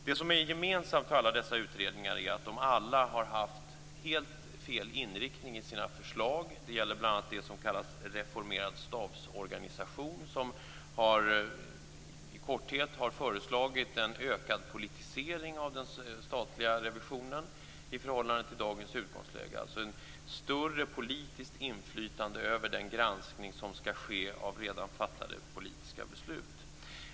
Det som är gemensamt för dessa utredningar är att alla har haft helt fel inriktning i sina förslag. Det gäller bl.a. det delbetänkande som kallas Reformerad stabsorganisation. Där har man i korthet föreslagit en ökad politisering av den statliga revisionen i förhållande till dagens utgångsläge, alltså ett större politiskt inflytande över den granskning som skall ske av redan fattade politiska beslut.